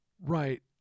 right